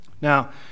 Now